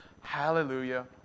Hallelujah